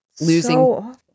Losing